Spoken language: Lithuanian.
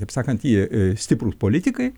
taip sakant jie stiprūs politikai